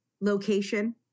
location